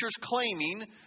claiming